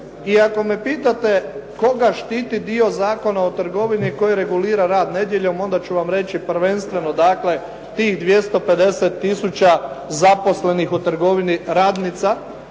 I ako me pitate koga štiti dio Zakona o trgovini koji regulira rad nedjeljom, onda ću vam reći prvenstveno dakle, tih 250 tisuća zaposlenih u trgovini radnica,